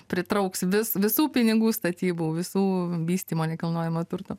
pritrauks vis visų pinigų statybų visų vystymo nekilnojamo turto